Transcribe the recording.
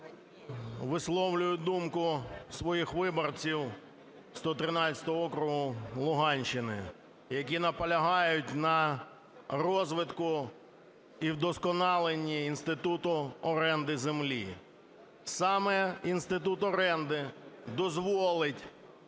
Висловлюю думку своїх виборців 113 округу Луганщини, які наполягають на розвитку і вдосконаленні інституту оренди землі. Саме інститут оренди дозволить